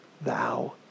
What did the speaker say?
thou